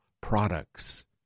products